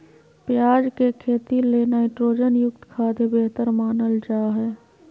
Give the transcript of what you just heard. प्याज के खेती ले नाइट्रोजन युक्त खाद्य बेहतर मानल जा हय